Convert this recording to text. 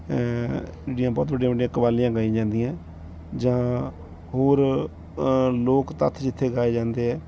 ਜਿਹੜੀਆਂ ਬਹੁਤ ਵੱਡੀਆਂ ਵੱਡੀਆਂ ਕਵਾਲੀਆਂ ਗਾਈਆਂ ਜਾਂਦੀਆਂ ਜਾਂ ਹੋਰ ਲੋਕ ਤੱਥ ਜਿੱਥੇ ਗਾਏ ਜਾਂਦੇ ਹੈ